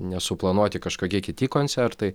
nesuplanuoti kažkokie kiti koncertai